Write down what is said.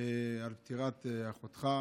על פטירת אחותך.